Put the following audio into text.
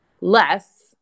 less